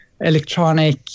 electronic